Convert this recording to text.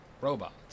Robots